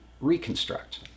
reconstruct